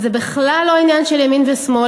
וזה בכלל לא עניין של ימין ושמאל,